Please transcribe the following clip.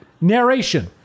narration